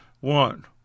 one